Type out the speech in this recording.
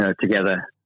Together